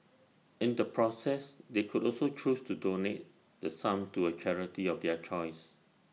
in the process they could also choose to donate the sum to A charity of their choice